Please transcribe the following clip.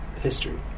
history